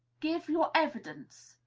give your evidence,